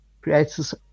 creates